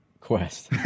Quest